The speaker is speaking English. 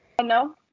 no